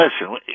listen